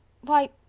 Why